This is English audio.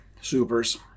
Supers